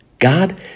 God